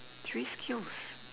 three skills